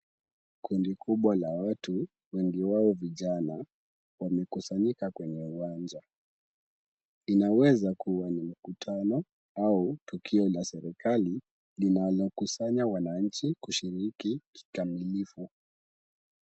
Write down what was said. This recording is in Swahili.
Kundi kubwa la watu, wengi wao vijana wamekusanyika kwenye uwanja. Inaweza kuwa ni mkutano au tukio la serikali linalokusanya wananchi kushiriki kikamilifu.